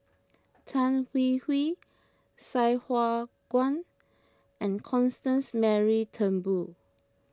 Tan Hwee Hwee Sai Hua Kuan and Constance Mary Turnbull